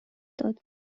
داد